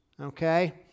okay